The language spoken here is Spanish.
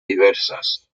diversas